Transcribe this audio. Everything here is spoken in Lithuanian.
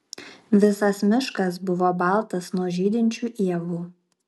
visas miškas buvo baltas nuo žydinčių ievų